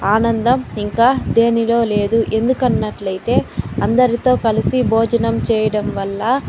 ఆనందం ఇంకా దేనిలో లేదు ఎందుకు అన్నట్లయితే అందరితో కలిసి భోజనం చేయడం వల్ల